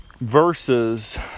verses